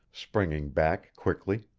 springing back quickly.